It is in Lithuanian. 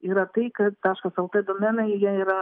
yra tai kad taškas lt domenai jie yra